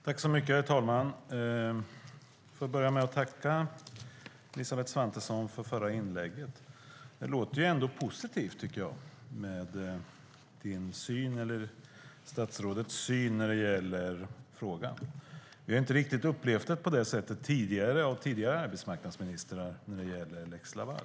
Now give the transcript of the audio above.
Herr talman! Jag vill börja med att tacka Elisabeth Svantesson för det förra inlägget. Det låter positivt, tycker jag, med statsrådets syn när det gäller frågan. Vi har inte riktigt upplevt att tidigare arbetsmarknadsministrar har haft den synen på lex Laval.